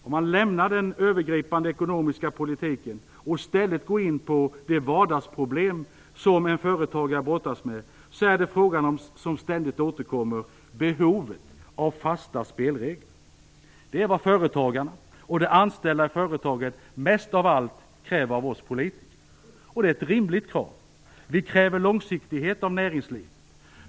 Om man lämnar den övergripande ekonomiska politiken och i stället går in på de vardagsproblem som en företagare brottas med, är den fråga som ständigt återkommer behovet av fasta spelregler. Det är vad företagarna och de anställda i företagen mest av allt kräver av oss politiker. Det är ett rimligt krav. Vi kräver långsiktighet av näringslivet.